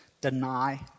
Deny